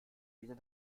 wieder